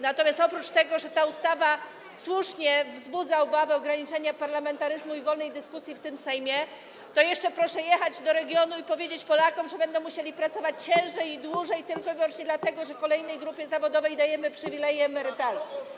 natomiast oprócz tego, że ta ustawa słusznie wzbudza obawę o ograniczenie parlamentaryzmu i wolnej dyskusji w tym Sejmie, to proszę jeszcze jechać do regionu i powiedzieć Polakom, że będą musieli pracować ciężej i dłużej tylko i wyłącznie dlatego, że kolejnej grupie zawodowej dajemy przywileje emerytalne.